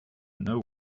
know